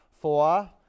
Four